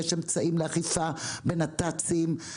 יש אמצעים לאכיפה בנת"צים,